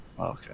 Okay